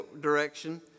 direction